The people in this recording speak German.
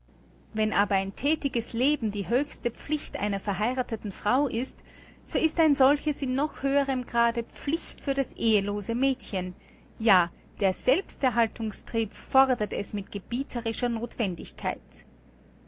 wenn aber ein thätiges leben die höchste pflicht einer verheiratheten frau ist so ist ein solches in noch höherem grade pflicht für das ehelose mädchen ja der selbsterhaltungstrieb fordert es mit gebieterischer